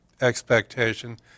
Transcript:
expectation